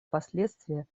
последствия